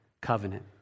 covenant